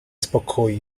spokoju